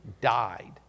died